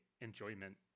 enjoyment